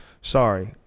Sorry